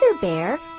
Bear